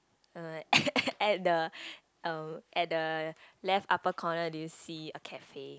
I'm like at the um at the left upper corner did you see a cafe